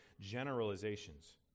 generalizations